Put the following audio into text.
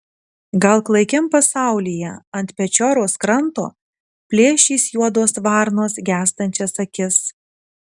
gal klaikiam pasaulyje ant pečioros kranto plėšys juodos varnos gęstančias akis